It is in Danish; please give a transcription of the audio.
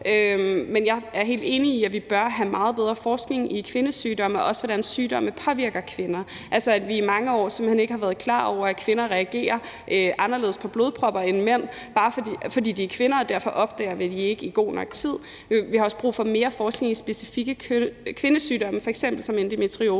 Men jeg er helt enig i, at vi bør have meget bedre forskning i kvindesygdomme og også i, hvordan sygdomme påvirker kvinder. Altså, vi har i mange år simpelt hen ikke været klar over, at kvinder reagerer anderledes på blodpropper end mænd, fordi de er kvinder, og derfor opdager de det ikke i god nok tid. Vi har også brug for mere forskning i specifikke kvindesygdomme, f.eks. endometriose,